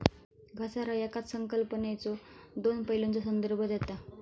घसारा येकाच संकल्पनेच्यो दोन पैलूंचा संदर्भ देता